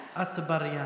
אטבריאן.